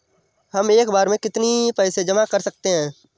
हम एक बार में कितनी पैसे जमा कर सकते हैं?